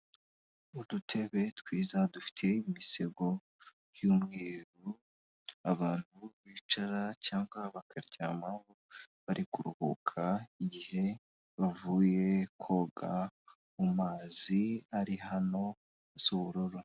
Udutebe twiza dufite imisego y'umweru abantu bicara cyangwa bakaryamaho bari kuruhuka igihe bavuye koga mu mumazi ari hano asa ubururu.